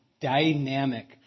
dynamic